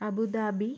Abu Dhabi